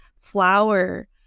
flower